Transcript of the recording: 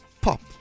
Pop